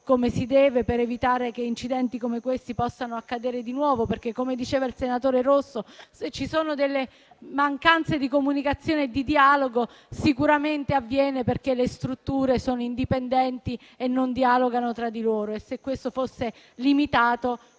come si deve, per evitare che incidenti come questi possano accadere di nuovo. Infatti, come diceva il senatore Rosso, se manca la comunicazione e il dialogo, sicuramente avviene perché le strutture sono indipendenti e non dialogano tra di loro. Se questo fosse limitato,